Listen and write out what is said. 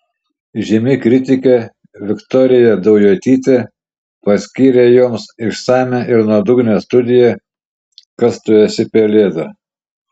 žymi kritikė viktorija daujotytė paskyrė joms išsamią ir nuodugnią studiją kas tu esi pelėda